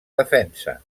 defensa